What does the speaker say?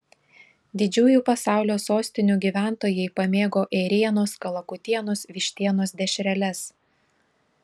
didžiųjų pasaulio sostinių gyventojai pamėgo ėrienos kalakutienos vištienos dešreles